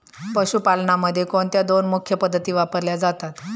पशुपालनामध्ये कोणत्या दोन मुख्य पद्धती वापरल्या जातात?